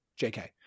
JK